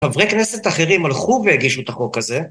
חברי כנסת אחרים הלכו והגישו את החוק הזה.